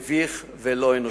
מביך ולא אנושי.